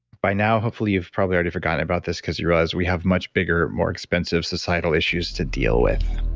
by now hopefully, you've probably already forgotten about this because you realize we have much bigger, more expensive societal issues to deal with.